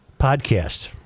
Podcast